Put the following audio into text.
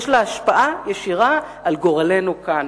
יש לה השפעה ישירה על גורלנו כאן.